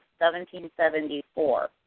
1774